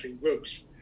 groups